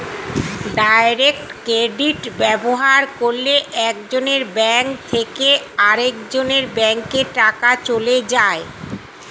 direct credit ব্যবহার করলে একজনের ব্যাঙ্ক থেকে আরেকজনের ব্যাঙ্কে টাকা চলে যায়